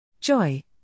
Joy